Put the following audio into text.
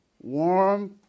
warm